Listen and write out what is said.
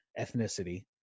ethnicity